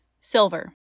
Silver